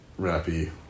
Rappy